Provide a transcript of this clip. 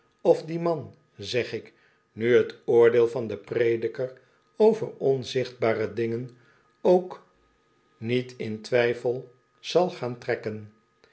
of die man zeg ik nu t oordeel van den prediker over onzichtbare dingen ook niet in twijfel zal gaan trekken